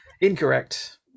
Incorrect